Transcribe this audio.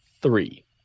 three